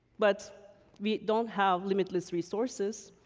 but we don't have limitless resources.